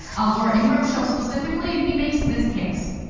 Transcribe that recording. ah laura ingram's show specifically, and he makes this case.